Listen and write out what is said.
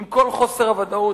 עם כל חוסר הוודאות.